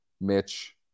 Mitch